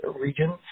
region